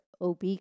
OB